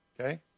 okay